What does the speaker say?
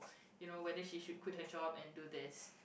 you know whether she should quit her job and do this